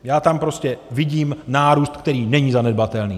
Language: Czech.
Já tam prostě vidím nárůst, který není zanedbatelný.